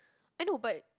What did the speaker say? I know but